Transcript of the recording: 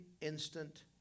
instant